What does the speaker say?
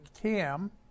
cam